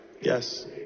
yes